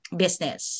business